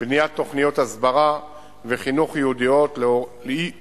בניית תוכניות הסברה וחינוך ייעודיות